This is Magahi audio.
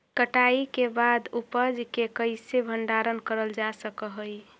कटाई के बाद उपज के कईसे भंडारण करल जा सक हई?